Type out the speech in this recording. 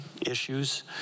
issues